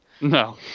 No